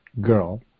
girl